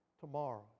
tomorrow